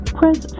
press